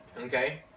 okay